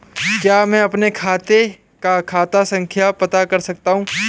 क्या मैं अपने खाते का खाता संख्या पता कर सकता हूँ?